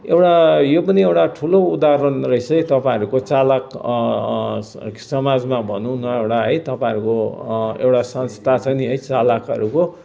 एउटा यो पनि एउटा ठुलो उदाहरण रहेछ है तपाईँहरूको चालक समाजमा भनौँ न एउटा है तपाईँहरूको एउटा संस्था छ नि है चालकहरूको